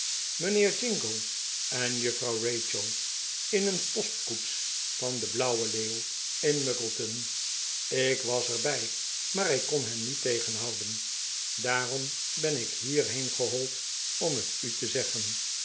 mijnheer jingle en juffrouw rachel in een postkoets van de blauwe leeuw in muggieton ik was er bij maar ik kon hen niet tegenhouden daarom ben ik hierheen gehold om het u te zeggen